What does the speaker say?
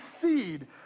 seed